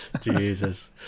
Jesus